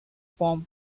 form